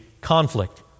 conflict